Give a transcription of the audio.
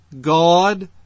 God